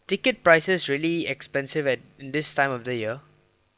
ticket prices really expensive at this time of the year